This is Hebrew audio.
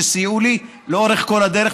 שסייע לי לאורך כל הדרך.